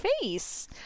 face